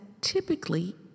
typically